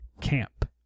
camp